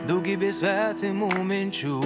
daugybė svetimų minčių